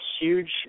huge